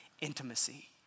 intimacy